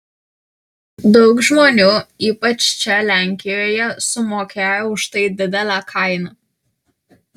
daug žmonių ypač čia lenkijoje sumokėjo už tai didelę kainą